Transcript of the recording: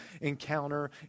encounter